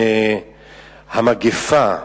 זה מגפה.